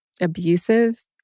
abusive